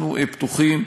אנחנו פתוחים,